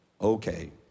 Okay